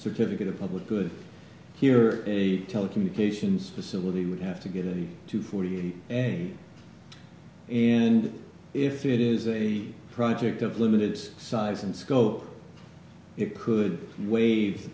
certificate of public good here is a telecommunications facility would have to get in to forty eight and if it is a project of limited size and scope it could waive the